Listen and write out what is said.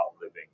living